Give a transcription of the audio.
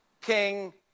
King